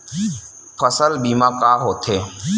फसल बीमा का होथे?